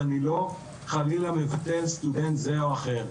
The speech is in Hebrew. ואני לא חלילה מבטל סטודנט זה או אחר,